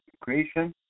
creation